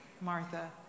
Martha